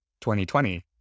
2020